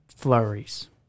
flurries